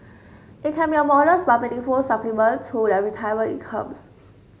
it can be a modest but meaningful supplement to their retirement incomes